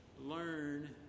learn